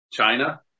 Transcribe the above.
China